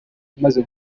imaze